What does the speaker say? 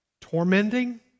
tormenting